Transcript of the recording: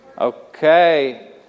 Okay